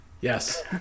Yes